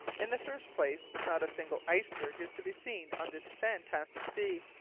in the first place, not a single iceberg is to be seen on this fantastic sea.